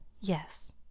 Yes